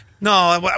No